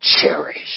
cherish